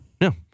No